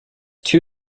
two